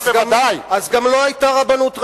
אז גם לא היתה רבנות ראשית.